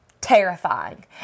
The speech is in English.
Terrifying